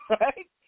right